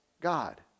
God